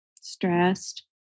Stressed